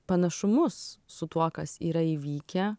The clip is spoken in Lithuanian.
panašumus su tuo kas yra įvykę